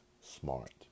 smart